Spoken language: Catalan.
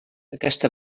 aquesta